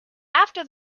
after